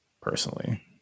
Personally